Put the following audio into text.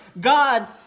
God